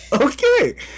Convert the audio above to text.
Okay